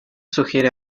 sugiere